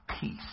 peace